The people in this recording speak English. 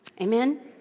Amen